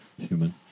human